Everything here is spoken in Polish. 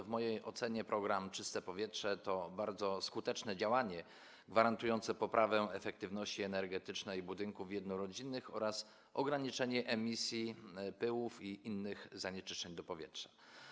W mojej ocenie program „Czyste powietrze” to bardzo skuteczne działanie gwarantujące poprawę efektywności energetycznej budynków jednorodzinnych oraz ograniczenie emisji pyłów i innych zanieczyszczeń do powietrza.